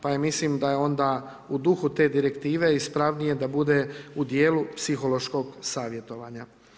Pa je mislim, da je onda u duhu te direktive ispravnije da bude u dijelu psihološkog savjetovanja.